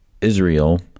Israel